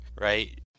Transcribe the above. right